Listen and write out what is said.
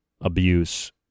abuse